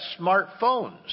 smartphones